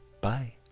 bye